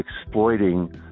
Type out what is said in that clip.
exploiting